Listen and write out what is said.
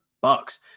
bucks